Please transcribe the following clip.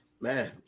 Man